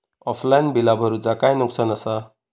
Offline बिला भरूचा काय नुकसान आसा?